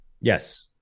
Yes